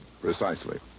Precisely